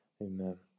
Amen